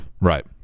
right